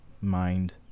mind